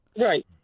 Right